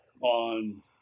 on